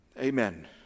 Amen